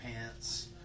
pants